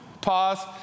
pause